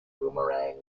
boomerang